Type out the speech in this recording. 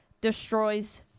destroys